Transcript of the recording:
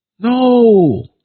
No